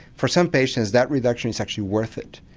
for some patients that reduction is actually worth it.